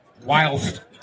whilst